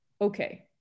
okay